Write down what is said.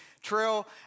Trail